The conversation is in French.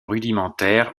rudimentaire